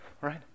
right